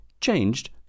changed